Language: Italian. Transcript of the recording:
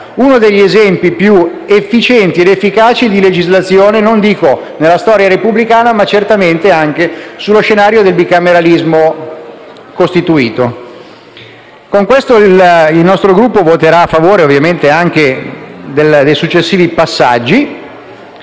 uno degli esempi più efficienti ed efficaci di legislazione, non dico nella storia repubblicana, ma certamente sullo scenario del bicameralismo costituito. Dichiarando il voto favorevole del nostro Gruppo, ovviamente anche sui successivi passaggi,